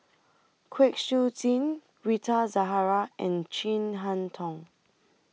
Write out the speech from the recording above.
Kwek Siew Jin Rita Zahara and Chin Harn Tong